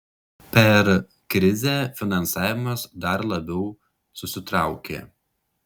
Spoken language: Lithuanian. per krizę finansavimas dar labiau susitraukė